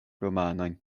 romanojn